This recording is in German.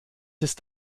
ist